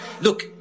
look